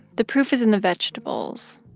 the proof is in the vegetables.